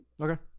okay